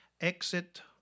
exit